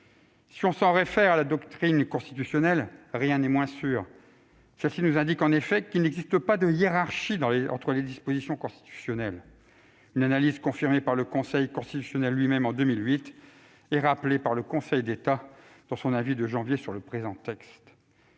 Si l'on s'en réfère à la doctrine constitutionnelle, rien n'est moins sûr ... Celle-ci indique en effet qu'il n'existe pas de hiérarchie entre les dispositions constitutionnelles. Cette analyse a été confirmée par le Conseil constitutionnel en 2008 et a été rappelée par le Conseil d'État dans son avis rendu sur le présent texte